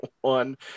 one